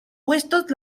puestos